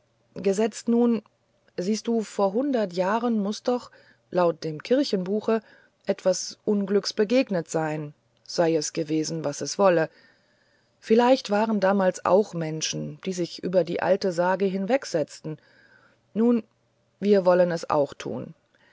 gesetzt nun siehst du vor hundert jahren muß doch laut dem kirchenbuche etwas unglücks begegnet sein sei es gewesen was es wolle vielleicht waren damals auch menschen die sich über die uralte sage hinwegsetzten nun wir wollen es auch tun